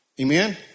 Amen